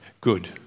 Good